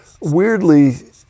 weirdly